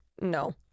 No